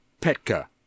Petka